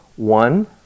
One